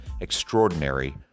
extraordinary